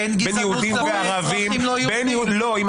בין יהודים לערבים --- אין